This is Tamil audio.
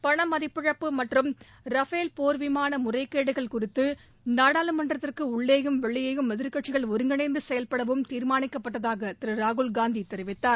பண மதிப்பிழப்பு மற்றும் ரஃபேல் போ்விமான முறைகேடுகள் குறித்து நாடாளுமன்றத்திற்கும் உள்ளேயும் வெளியேயும் எதிர்க்கட்சிகள் ஒருங்கிணைந்து செயல்படவும் தீர்மாளிக்கப்பட்டதாக திரு ராகுல் காந்தி தெரிவித்தார்